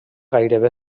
gairebé